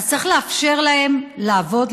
אז צריך לאפשר להם לעבוד,